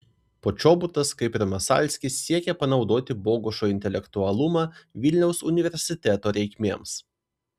počobutas kaip ir masalskis siekė panaudoti bogušo intelektualumą vilniaus universiteto reikmėms